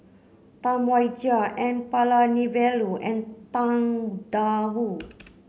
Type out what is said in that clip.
Tam Wai Jia N Palanivelu and Tang Da Wu